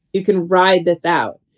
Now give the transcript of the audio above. you can ride this out.